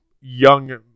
young